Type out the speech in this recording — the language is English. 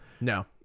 No